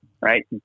right